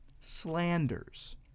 slanders